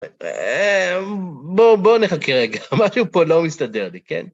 בוא נחכה רגע, משהו פה לא מסתדר לי כן.